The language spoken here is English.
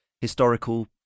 historical